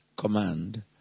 command